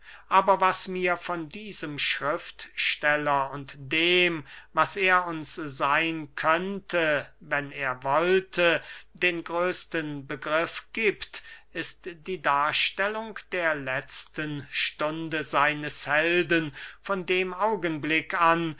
aber was mir von diesem schriftsteller und dem was er uns seyn könnte wenn er wollte den größten begriff giebt ist die darstellung der letzten stunde seines helden von dem augenblick an